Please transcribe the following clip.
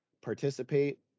participate